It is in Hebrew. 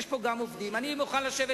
ולכן,